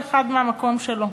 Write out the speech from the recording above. כל אחד מהמקום שלו,